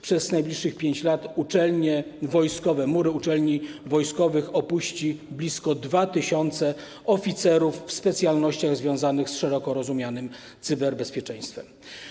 Przez najbliższych 5 lat mury uczelni wojskowych opuści blisko 2000 oficerów w specjalnościach związanych z szeroko rozumianym cyberbezpieczeństwem.